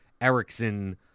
Erickson